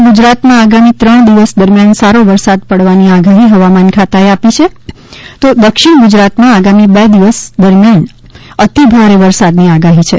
સમગ્ર ગુજરાત માં આગામી ત્રણ દિવસ દરમ્યાન સારો વરસાદ પાડવાની આગાહી હવામાન ખાતા એ આપી છે તો દક્ષિણ ગુજરાત માં આગામી બે દિવસ દરમ્યાન અતિ ભારે વરસાદ ની આગાહી છે